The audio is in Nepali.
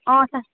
असार